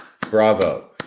Bravo